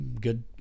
good